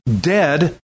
dead